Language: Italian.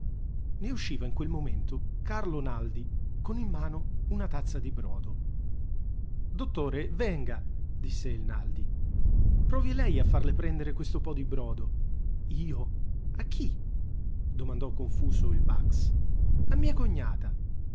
ne usciva in quel momento carlo naldi con in mano una tazza di brodo dottore venga disse il naldi provi lei a farle prendere questo po di brodo io a chi domandò confuso il bax a mia cognata